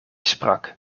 sprak